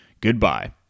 Goodbye